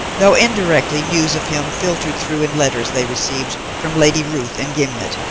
though indirectly news of him filtered through in letters they received from lady ruth and gimblet.